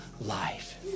life